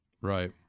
Right